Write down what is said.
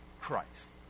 Christ